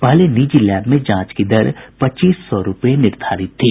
पहले निजी लैब में जांच की दर पच्चीस सौ रूपये निर्धारित थी